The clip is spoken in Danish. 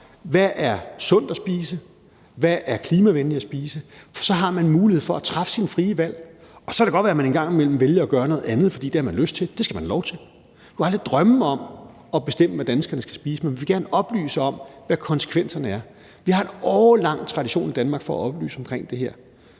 der er sundt at spise, og hvad der er klimavenligt at spise, for så har man en mulighed for at træffe sine frie valg. Så kan det godt være, at man en gang imellem vælger at gøre noget andet, fordi man har lyst til det, og det skal man have lov til. Jeg kunne aldrig drømme om at bestemme, hvad danskerne skal spise. Men vi vil gerne oplyse om, hvad konsekvenserne er. Vi har i Danmark en årelang tradition for at oplyse omkring det her.